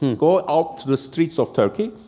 go out to the streets of turkey.